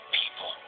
people